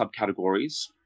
subcategories